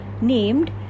named